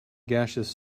gaseous